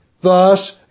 thus